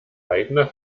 aigner